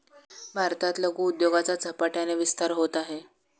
भारतात लघु उद्योगाचा झपाट्याने विस्तार होत आहे